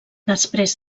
després